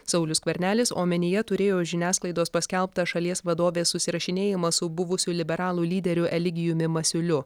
saulius skvernelis omenyje turėjo žiniasklaidos paskelbtą šalies vadovės susirašinėjimą su buvusiu liberalų lyderiu eligijumi masiuliu